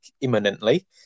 imminently